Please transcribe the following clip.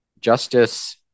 Justice